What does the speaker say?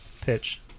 pitch